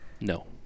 No